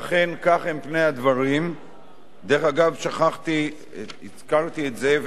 דרך אגב, הזכרתי את זאב אלקין כאחד המציעים,